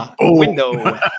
Window